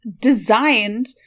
designed